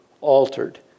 altered